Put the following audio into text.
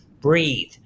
breathe